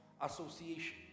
association